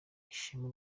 ishema